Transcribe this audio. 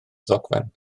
ddogfen